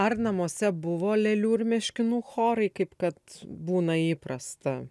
ar namuose buvo lėlių ir meškinų chorai kaip kad būna įprasta